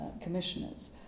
commissioners